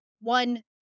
one